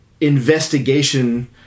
investigation